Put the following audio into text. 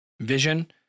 vision